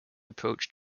approach